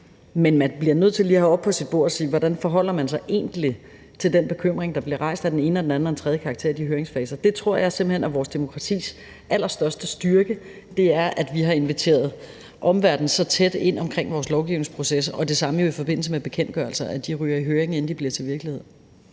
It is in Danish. men man bliver nødt til lige at have det oppe på sit bord og spørge: Hvordan forholder man sig egentlig til den bekymring, der bliver rejst af den ene og den anden og den tredje karakter i de høringsfaser? Det tror jeg simpelt hen er vores demokratis allerstørste styrke, altså at vi har inviteret omverdenen så tæt ind omkring vores lovgivningsproces, og det samme gælder jo i forbindelse med bekendtgørelser, som ryger i høring, inden de bliver til virkelighed.